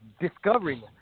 discovering